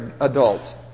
adults